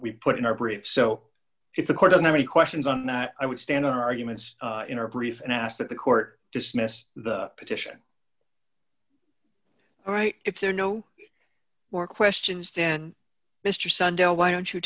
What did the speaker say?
we put in our brief so if the court doesn't have any questions on that i would stand on our arguments in our brief and ask that the court dismissed the petition all right if there are no more questions than mr sunday why don't you